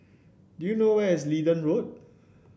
do you know where is Leedon Road